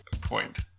point